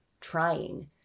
trying